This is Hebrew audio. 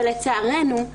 לצערנו,